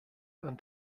and